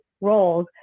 roles